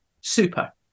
Super